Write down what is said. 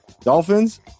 Dolphins